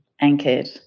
anchored